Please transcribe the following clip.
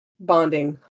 bonding